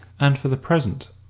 and for the present,